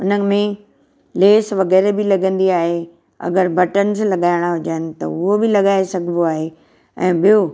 उन में लेस वग़ैरह बि लॻंदी आहे अगरि बटन्स लॻाइणा हुजनि त उहो बि लॻाए सघिबो आहे ऐं ॿियों